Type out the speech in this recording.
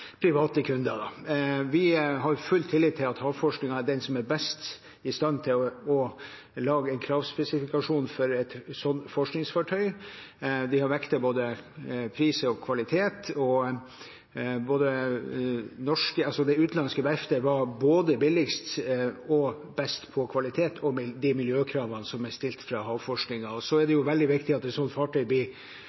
private kunder. Vi har full tillit til at havforskningen er den som er best i stand til å lage en kravspesifikasjon for et sånt forskningsfartøy, ved å vekte både pris og kvalitet. Det utenlandske verftet var både billigst og best på kvalitet og de miljøkravene som er stilt fra havforskningen. Så er det veldig viktig at et sånt fartøy